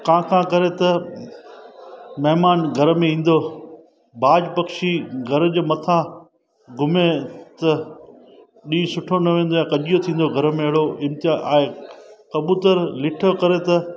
कां कां करे त महिमानु घर में ईंदो बाज पखी घर जे मथां घुमे त ॾींहुं सुठो न वेंदो आहे कजियो थींदो घर में अहिड़ो इजा आहे कबूतर लिठो करे त